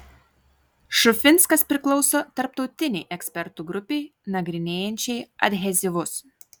šufinskas priklauso tarptautinei ekspertų grupei nagrinėjančiai adhezyvus